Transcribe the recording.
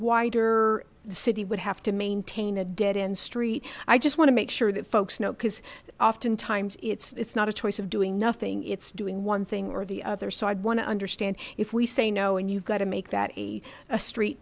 the city would have to maintain a dead end street i just want to make sure that folks know because oftentimes it's not a choice of doing nothing it's doing one thing or the other side want to understand if we say no and you've got to make that a street